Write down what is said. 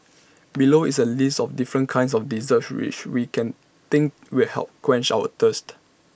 below is A list of different kinds of desserts which we think will help quench our thirst